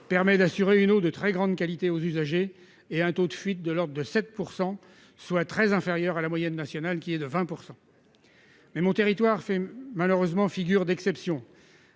permet d'assurer une eau de très grande qualité aux usagers et un taux de fuite de l'ordre de 7 %, très inférieur à la moyenne nationale qui est de 20 %. Malheureusement, mon territoire fait figure d'exception.